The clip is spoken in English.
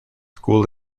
school